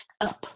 up